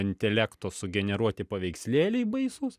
intelekto sugeneruoti paveikslėliai baisūs